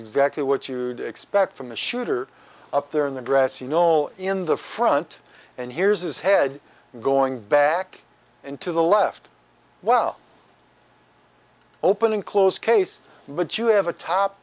exactly what you expect from the shooter up there in the dress you know in the front and here's his head going back into the left well open and close case but you have a top